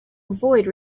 avoid